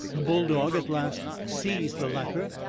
the bull-dog at last seized the latter,